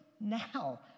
now